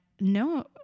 no